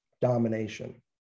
domination